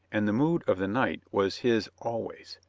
and the mood of the night was his always.